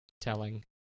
telling